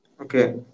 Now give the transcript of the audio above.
Okay